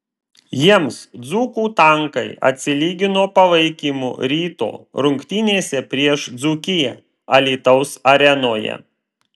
jiems dzūkų tankai atsilygino palaikymu ryto rungtynėse prieš dzūkiją alytaus arenoje